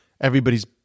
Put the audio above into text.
everybody's